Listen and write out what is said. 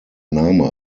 name